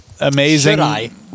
amazing